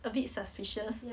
a bit suspicious